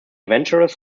adventurers